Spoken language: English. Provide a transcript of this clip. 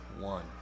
one